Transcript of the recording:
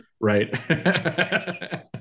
Right